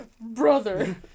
Brother